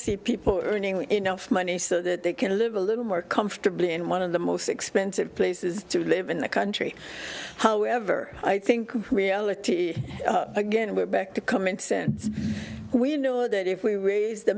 see people earning enough money so that they can live a little more comfortably in one of the most expensive places to live in the country however i think reality again we're back to comments and we know that if we raise the